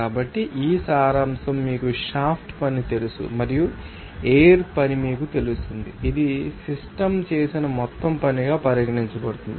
కాబట్టి ఈ సారాంశం మీకు షాఫ్ట్ పని తెలుసు మరియు ఎయిర్ ం పని మీకు తెలుస్తుంది ఇది సిస్టమ్ చేసిన మొత్తం పనిగా పరిగణించబడుతుంది